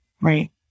right